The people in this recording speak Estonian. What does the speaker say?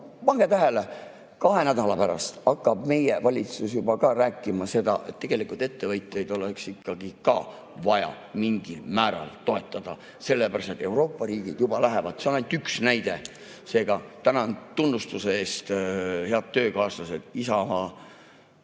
pange tähele, kahe nädala pärast hakkab meie valitsus juba ka rääkima sellest, et ettevõtjaid oleks ikka ka vaja mingil määral toetada, sellepärast et Euroopa riigid juba lähevad ... See on ainult üks näide. Seega, tänan tunnustuse eest, head töökaaslased! Isamaa